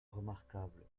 remarquable